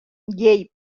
llei